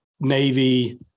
Navy